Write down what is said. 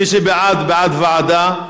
מי שבעד, בעד ועדה.